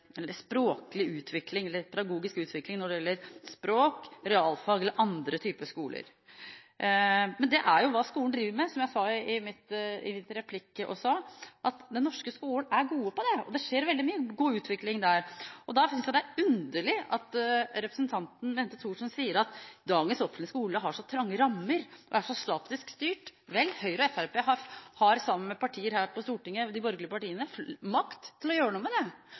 eller pedagogisk utvikling når det gjelder språkskoler, realfagskoler eller andre typer skoler: Men det er jo det skolen driver med. Som jeg sa i min replikk også: Den norske skolen er god på det, og det skjer veldig mye god utvikling der. Derfor synes jeg det er underlig at representanten Bente Thorsen sier at dagens offentlige skole har så trange rammer og er så statisk styrt. Vel, Høyre og Fremskrittspartiet har sammen med partier her på Stortinget – de borgerlige partiene – makt til å gjøre noe med det,